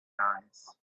eyes